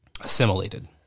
Assimilated